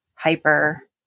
hyper